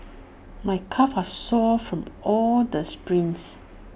my calves are sore from all the sprints